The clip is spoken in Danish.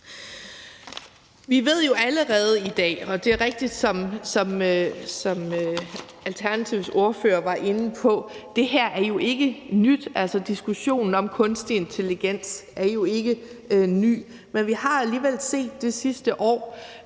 jeg ved jeg deler med mange. Det er rigtigt, som Alternativets ordfører var inde på, at det her jo ikke er nyt. Altså, diskussionen om kunstig intelligens er jo ikke ny. Men vi har alligevel set det sidste år,